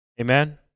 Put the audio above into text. Amen